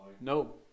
No